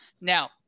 Now